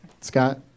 Scott